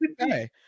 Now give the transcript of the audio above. Okay